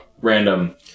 Random